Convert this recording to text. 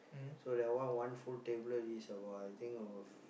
so that one one full tablet is about I think about